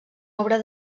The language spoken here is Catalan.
obra